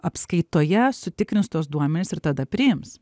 apskaitoje sutikrins tuos duomenis ir tada priims